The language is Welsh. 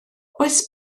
oes